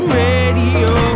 radio